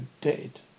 dead